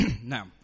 Now